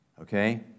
okay